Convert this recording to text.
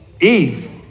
Eve